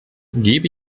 gebe